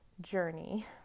journey